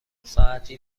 ساعتی